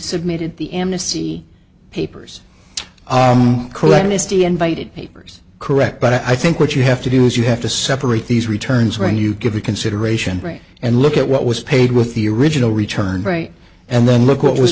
submitted the amnesty papers correct misty invited papers correct but i think what you have to do is you have to separate these returns when you give the consideration break and look at what was paid with the original return bright and then look what was